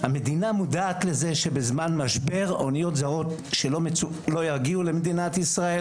המדינה מודעת לזה שבזמן משבר אוניות לא יגיעו למדינת ישראל.